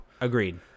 Agreed